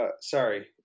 Sorry